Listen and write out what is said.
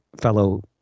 fellow